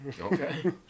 Okay